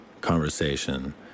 conversation